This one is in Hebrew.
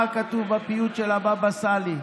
מה כתוב בפיוט של הבבא סאלי?